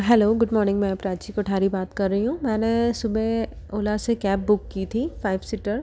hello good morning मैं प्राची कोठारी बात कर रही हूँ मैंने सुबह ओला से कैब बुक की थी फाइव सीटर